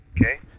Okay